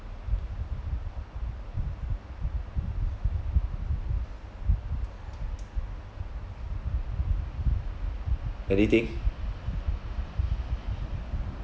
anything